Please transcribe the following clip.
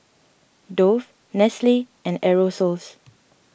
Dove Nestle and Aerosoles